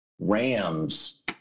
Rams